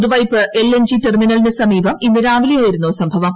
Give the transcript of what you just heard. Puthuvype LNG ടെർമിനലിന് സമീപം ഇന്ന് രാവിലെയായിരുന്നു സംഭവം